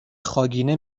خاگینه